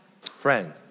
friend